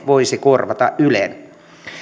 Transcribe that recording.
voisi korvata ylen